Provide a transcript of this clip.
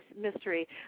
mystery